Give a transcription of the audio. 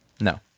No